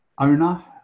owner